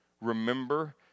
Remember